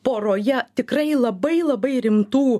poroje tikrai labai labai rimtų